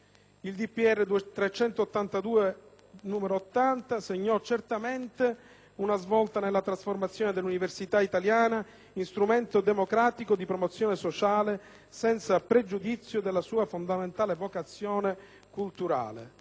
Il DPR n. 382 del 1980 segnò certamente una svolta nella trasformazione dell'università italiana in strumento democratico di promozione sociale, senza pregiudizio della sua fondamentale vocazione culturale.